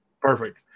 perfect